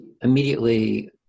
immediately